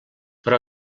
però